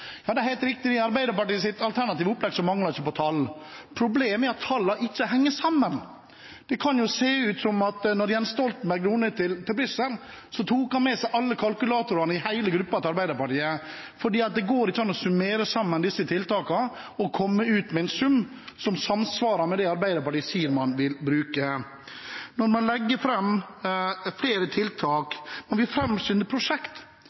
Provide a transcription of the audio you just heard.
Ja, det er helt riktig: I Arbeiderpartiets alternative opplegg mangler det ikke på tall. Problemet er at tallene ikke henger sammen. Det kan se ut som om Jens Stoltenberg, da han dro ned til Brussel, tok med seg alle kalkulatorene i hele gruppa til Arbeiderpartiet, for det går ikke an å summere disse tiltakene og komme ut med en sum som samsvarer med det Arbeiderpartiet sier man vil bruke. Man legger fram flere tiltak, man vil fremskynde prosjekt